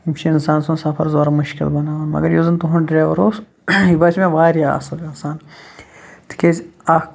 یِم چھِ اِنسان سُنٛد سفر زورٕ مُشکل بَناوان مگر یُس زَن تُہُنٛد ڈریوَر اوس یہِ باسیو مےٚ واریاہ اَصٕل اِنسان تِکیٛازِ اَکھ